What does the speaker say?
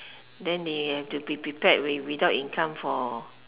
then they have to be prepared with without income for